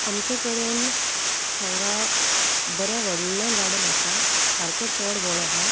आमचे कडेन हांगा बरें व्हडलें गार्डन आसा सारकें चोड व्हड आहा